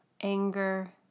anger